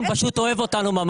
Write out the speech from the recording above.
פשוט אוהב אותנו.